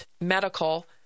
medical